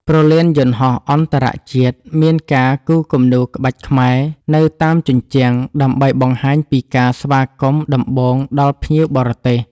ព្រលានយន្តហោះអន្តរជាតិមានការគូរគំនូរក្បាច់ខ្មែរនៅតាមជញ្ជាំង ដើម្បីបង្ហាញពីការស្វាគមន៍ដំបូងដល់ភ្ញៀវបរទេស។